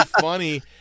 funny